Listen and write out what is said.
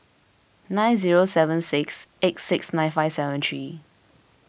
nine zero seven six eight six nine five seven three